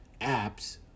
apps